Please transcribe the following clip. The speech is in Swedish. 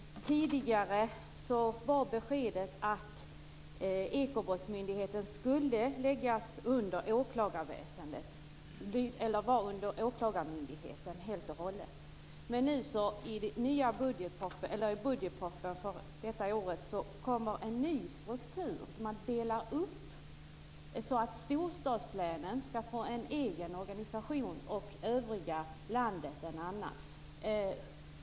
Tidigare var beskedet att ekobrottsmyndigheten helt och hållet skulle lyda under åklagarmyndigheten. I budgetpropositionen för detta år föreslås en ny struktur. Man delar upp så att storstadslänen får en egen organisation och övriga landet en annan.